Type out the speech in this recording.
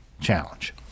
challenge